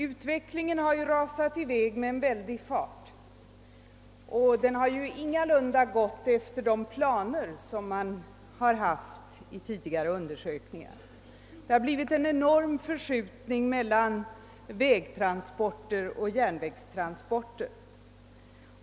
Utvecklingen har ju rasat i väg med en väldig fart, och den har ingalunda gått efter de planer som uppgjorts vid tidigare undersökningar. Det har blivit en enorm förskjutning över till vägtransporter från järnvägstransporter.